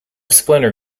splinter